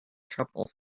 trouble